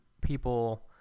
people